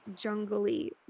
jungly